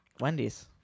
Wendy's